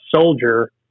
soldier